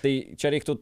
tai čia reiktų